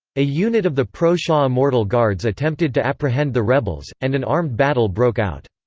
a unit of the pro-shah immortal guards attempted to apprehend the rebels, and an armed battle broke out.